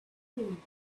you